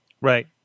Right